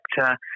sector